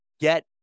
get